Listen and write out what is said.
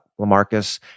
LaMarcus